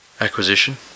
acquisition